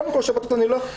קודם כל בשבתות אני לא הולך,